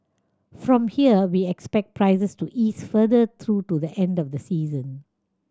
from here we expect prices to ease further through to the end of the season